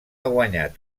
guanyat